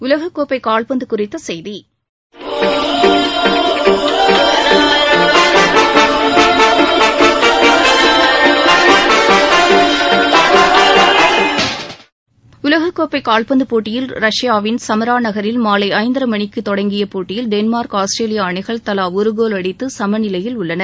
உலகக்கோப்பை கால்பந்து குறித்த செய்தி உலகக்கோப்பை கால்பந்து போட்டியில் ரஷ்யாவின் சமரா நகரில் மாலை ஐந்தரை மணிக்கு தொடங்கிய போட்டியில் டென்மார்க் ஆஸ்திரேலியா அணிகள் தவா ஒரு கோல் அடித்து சம நிலையில் உள்ளன